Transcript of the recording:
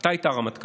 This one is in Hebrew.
אתה היית רמטכ"ל.